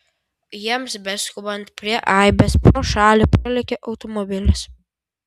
jiems beskubant prie aibės pro šalį pralėkė automobilis